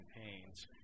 campaigns